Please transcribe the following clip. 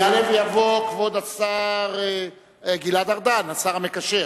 יעלה ויבוא כבוד השר גלעד ארדן, השר המקשר,